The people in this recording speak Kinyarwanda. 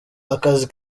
akazi